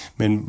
men